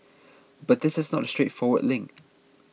but this is not a straightforward link